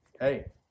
Hey